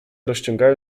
rozciągają